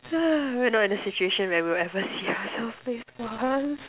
we're not in a situation where we will ever see ourselves play sports